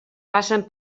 passen